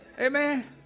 Amen